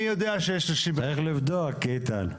צריך לבדוק, איתן.